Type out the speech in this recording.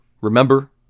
Remember